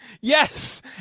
Yes